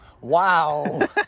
Wow